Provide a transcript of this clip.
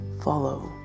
follow